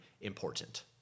important